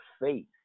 faith